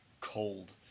cold